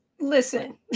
Listen